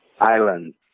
islands